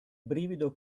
brivido